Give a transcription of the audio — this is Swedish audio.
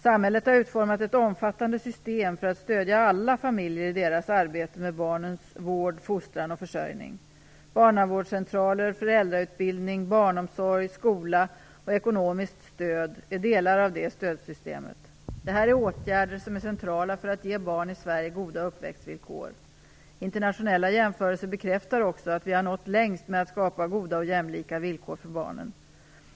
Samhället har utformat ett omfattande system för att stödja alla familjer i deras arbete med barnens vård, fostran och försörjning. Barnavårdscentraler, föräldrautbildning, barnomsorg, skola och ekonomiskt stöd är delar av det stödsystemet. Det här är åtgärder som är centrala för att ge barn i Sverige goda uppväxtvillkor. Internationella jämförelser bekräftar också att vi har nått längst med att skapa goda och jämlika villkor för barnen.